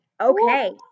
Okay